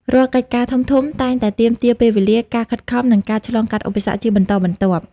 រាល់កិច្ចការធំៗតែងតែទាមទារពេលវេលា ការខិតខំ និងការឆ្លងកាត់ឧបសគ្គជាបន្តបន្ទាប់។